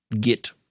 get